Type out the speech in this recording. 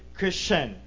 Christian